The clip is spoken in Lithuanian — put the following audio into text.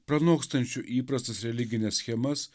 pranokstančiu įprastas religines schemas